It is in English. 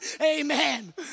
Amen